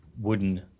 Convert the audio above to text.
wooden